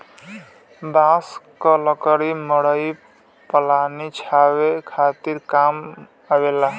बांस क लकड़ी मड़ई पलानी छावे खातिर काम आवेला